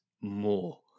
more